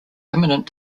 imminent